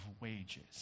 wages